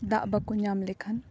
ᱫᱟᱜ ᱵᱟᱠᱚ ᱧᱟᱢ ᱞᱮᱠᱷᱟᱱ